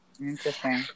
Interesting